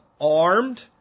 armed